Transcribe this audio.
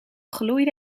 gloeide